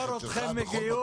על התהליך.